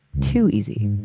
too easy.